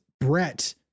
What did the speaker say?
Brett